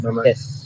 Yes